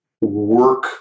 work